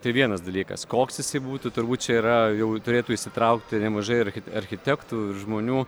tai vienas dalykas koks jisai būtų turbūt čia yra jau turėtų įsitraukti nemažai ir architektų ir žmonių